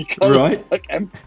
Right